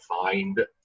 find